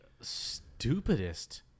Stupidest